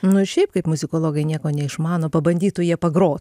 nu šiaip kaip muzikologai nieko neišmano pabandytų jie pagro